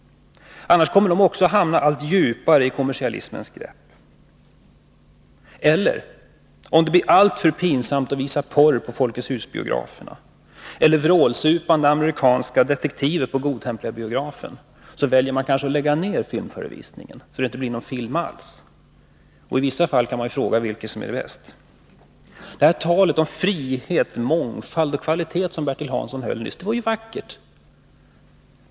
Utan stöd kommer också de att hamna allt fastare i kommersialismens grepp. Eller också — om det blir alltför pinsamtaatt visa porr på Folkets hus-biografen eller vrålsupande amerikanska detektiver på Godtemplarbiografen — väljer man kanske att lägga ner filmförevisningarna, så att det inte blir någon film alls — och i vissa fall kan man fråga sig vilket som är bäst. Bertil Hanssons tal om frihet, mångfald och kvalitet var ju vackert.